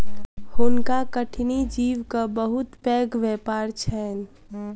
हुनका कठिनी जीवक बहुत पैघ व्यापार छैन